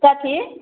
कथी